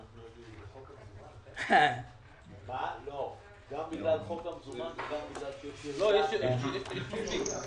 אני רק אומר את הדבר הבא: בדרך כלל אני מציג מצגת מקרו מורחבת.